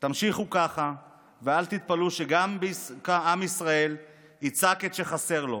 תמשיכו ככה ואל תתפלאו שגם עם ישראל יצעק את שחסר לו,